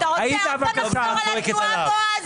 אתה רוצה עוד פעם לחזור על התנועה, בועז?